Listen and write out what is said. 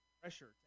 pressure